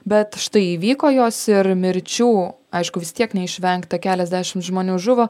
bet štai įvyko jos ir mirčių aišku vis tiek neišvengta keliasdešimt žmonių žuvo